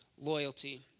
loyalty